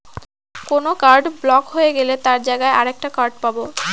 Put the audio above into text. কোন card block হয়ে গেলে তার জায়গায় আর একটা কার্ড পাবো